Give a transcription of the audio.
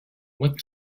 what